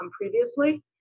previously